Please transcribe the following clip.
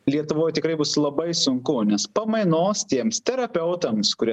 lietuvoj tikrai bus labai sunku nes pamainos tiems terapeutams kurie